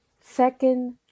second